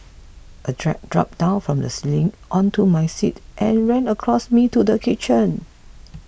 a drat dropped down from the ceiling onto my seat and ran across me to the kitchen